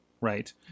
Right